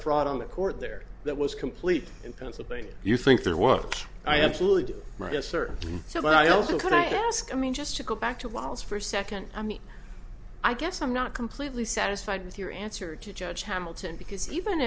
fraud on the court there that was complete in pennsylvania you think there was i absolutely do yes sir so but i also could i ask i mean just to go back to walls for a second i mean i guess i'm not completely satisfied with your answer to judge hamilton because even